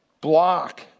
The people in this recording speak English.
block